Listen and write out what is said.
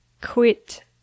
quit